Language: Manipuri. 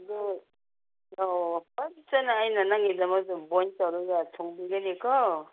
ꯑꯗꯣ ꯑꯗꯣ ꯐꯖꯅ ꯑꯩꯅ ꯅꯪꯒꯤꯗꯃꯛꯇ ꯕꯣꯏꯜ ꯇꯧꯔꯒ ꯊꯣꯡꯕꯤꯒꯅꯤꯀꯣ